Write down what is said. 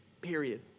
period